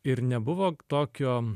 ir nebuvo tokio